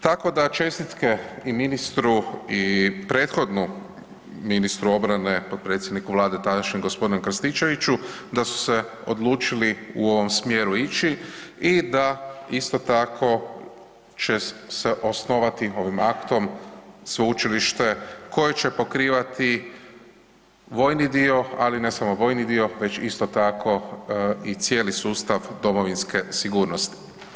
Tako da čestitke i ministru i prethodnom ministru obrane potpredsjedniku vlade tadašnjem gospodinu Krstičeviću da su se odlučili u ovom smjeru ići i da isto tako će se osnovati ovim aktom sveučilište koje će pokrivati vojni dio, ali ne samo vojni dio već isto tako i cijeli sustav domovinske sigurnosti.